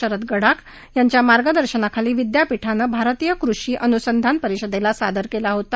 शरद गडाख यांच्या मार्गदर्शनाखाली विद्यापीठानं भारतीय कृषि अनुसंधान परिषदेला सादर केला होता